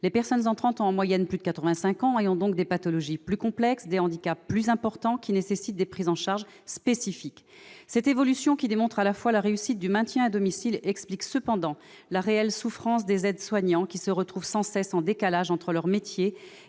Les personnes entrantes ont en moyenne plus de 85 ans et ont donc des pathologies plus complexes, des handicaps plus importants qui nécessitent des prises en charge spécifiques. Cette évolution, qui démontre à la fois la réussite du maintien à domicile, explique cependant la réelle souffrance des aides-soignants, qui se retrouvent sans cesse en décalage entre leur métier